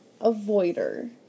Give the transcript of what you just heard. avoider